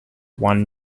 won